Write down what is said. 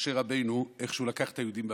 משה רבנו, איך שהוא לקח את היהודים במדבר.